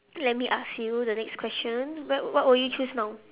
let me ask you the next question what what will you choose now